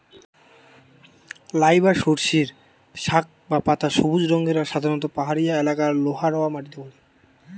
লাই বা সর্ষের শাক বা পাতা সবুজ রঙের আর সাধারণত পাহাড়িয়া এলাকারে লহা রওয়া মাটিরে ফলে